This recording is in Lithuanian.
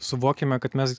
suvokiame kad mes